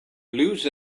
blues